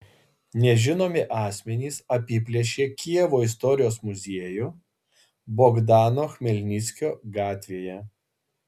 nežinomi asmenys apiplėšė kijevo istorijos muziejų bogdano chmelnickio gatvėje